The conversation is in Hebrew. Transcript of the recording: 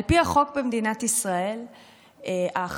על פי החוק במדינת ישראל,